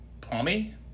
Plummy